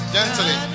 Gently